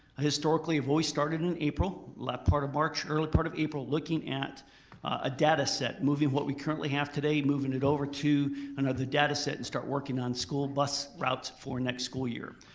historically have always started in april. late part of march, early part of april, looking at a data set moving what we currently have today, moving it over to another data set and start working on school bus routes for next school year.